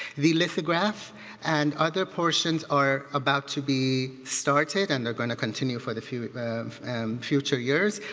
the lithograph and other portions are about to be started and they're going to continue for the future future years.